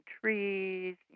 trees